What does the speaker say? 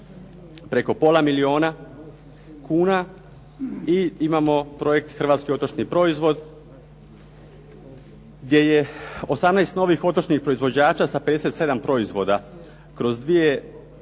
preko pola milijuna kuna i imamo projekt hrvatski otočni proizvod gdje je 18 novih otočnih proizvođača sa 57 proizvoda kroz dvije